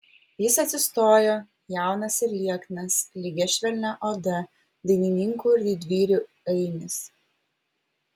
jis atsistojo jaunas ir lieknas lygia švelnia oda dainininkų ir didvyrių ainis